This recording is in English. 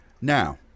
Now